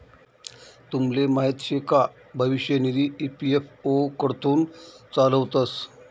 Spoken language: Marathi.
तुमले माहीत शे का भविष्य निधी ई.पी.एफ.ओ कडथून चालावतंस